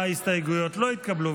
ההסתייגויות לא התקבלו.